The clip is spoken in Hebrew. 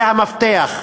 זה המפתח.